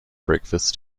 breakfast